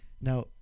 Now